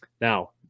Now